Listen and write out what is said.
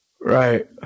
Right